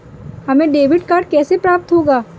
हमें debit card कैसे प्राप्त होगा?